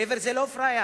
גבר זה לא פראייר.